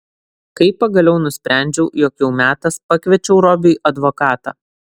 kai pagaliau nusprendžiau jog jau metas pakviečiau robiui advokatą